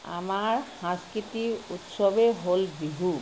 আমাৰ সাংস্কৃতিক উৎসৱেই হ'ল বিহু